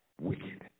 wicked